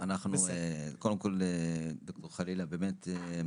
קודם כל, ד"ר חלאילה, באמת,